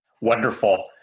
Wonderful